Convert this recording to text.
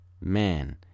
man